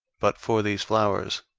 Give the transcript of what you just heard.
but for these flowers,